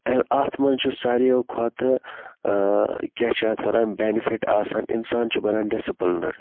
اتھ مَنٛز چھِ ساروِیو کھۄتہٕ کیاہ چھِ اتھ وَنان بینفِٹ آسان اِنسان چھُ بَنان ڈِسپلنڈ